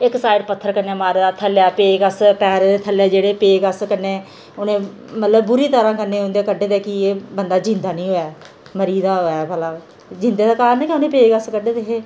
इक साइड पत्थर कन्नै मारे दा थल्ले पेचकस पेरै दे थल्ले जेह्ड़े पेचकस कन्नै उ'नें मतलब बुरी तरह कन्नै उं'दे कंढे दी कि एह् बंदा जींदा नेईं होए मरी गेदा होए भला जींदे दे कारन गै उ'नेंगी पेचकस कड्ढे दे हे